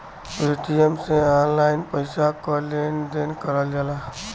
Paytm से online पइसा क लेन देन करल जाला